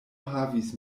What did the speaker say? havis